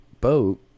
boat